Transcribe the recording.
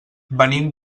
venim